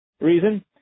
reason